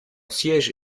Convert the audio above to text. siège